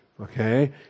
Okay